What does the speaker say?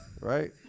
right